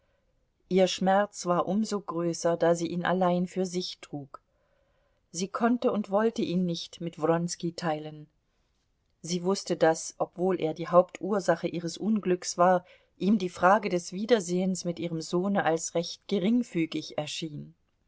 ihr schmerz war um so größer da sie ihn allein für sich trug sie konnte und wollte ihn nicht mit wronski teilen sie wußte daß obwohl er die hauptursache ihres unglücks war ihm die frage des wiedersehens mit ihrem sohne als recht geringfügig erschien